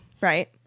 right